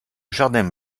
jardin